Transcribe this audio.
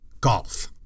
golf